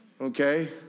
okay